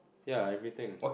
ya everything